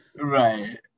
Right